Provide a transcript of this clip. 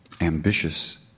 ambitious